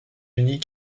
unis